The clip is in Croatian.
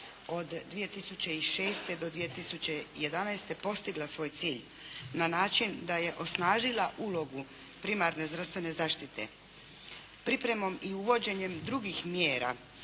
od 2006. do 2011. postigla svoj cilj na način da je osnažila ulogu primarne zdravstvene zaštite. Pripremom i uvođenjem drugih mjera